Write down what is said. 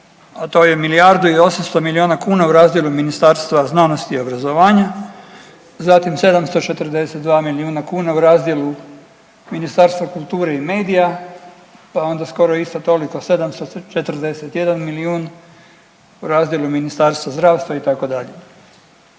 to je milijardu i 800 miliona kuna u razdjelu Ministarstva znanosti i obrazovanja, zatim 742 miliona kuna u razdjelu Ministarstva kulture i medija pa je onda skoro isto toliko 741 milijun u razdjelu Ministarstva zdravstva itd.